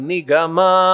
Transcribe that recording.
Nigama